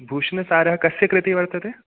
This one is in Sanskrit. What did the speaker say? भूषणसारः कस्य कृते वर्तते